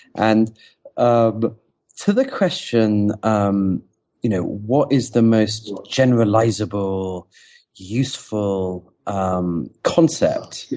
and um to the question um you know what is the most generalizable useful um concept, yeah